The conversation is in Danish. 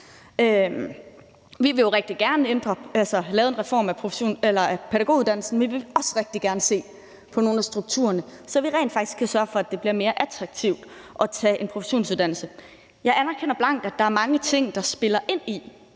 Vi vil jo rigtig gerne have lavet en reform af pædagoguddannelsen, men vi vil også rigtig gerne se på nogle af strukturerne, så vi rent faktisk kan sørge for, at det bliver mere attraktivt at tage en professionsuddannelse. Jeg anerkender blankt, at der er mange ting, der spiller ind i,